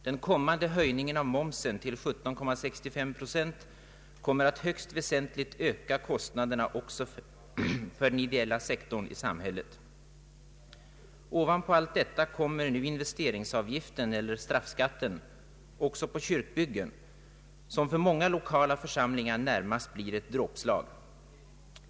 Den kommande höjningen av momsen till 17,65 procent kommer att högst väsentligt öka kostnaderna också för den ideella sektorn i samhället. Ovanpå alit detta kommer nu investeringsavgiften eller straffskatten också på kyrkbyggen, något som för många lokala församlingar närmast blir ett dråpslag.